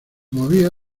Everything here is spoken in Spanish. movía